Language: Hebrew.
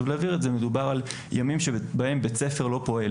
להבהיר את זה - מדובר על ימים שבהם בית הספר לא פועל